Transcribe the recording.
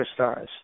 superstars